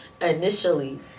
initially